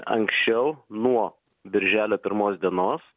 anksčiau nuo birželio pirmos dienos